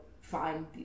find